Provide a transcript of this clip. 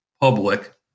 public